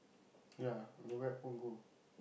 ya go back Punggol